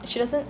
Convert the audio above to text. and she doesn't